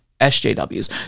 sjw's